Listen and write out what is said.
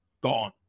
gone